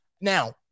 Now